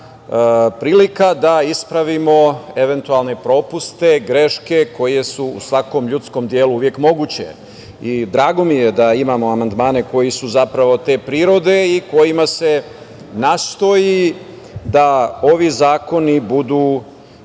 prilika da ispravimo eventualne propuste, greške koje su u svakom ljudskom delu uvek moguće. Drago mi je da imamo amandmane koji su zapravo te prirode i kojima se nastoji da ovi zakoni budu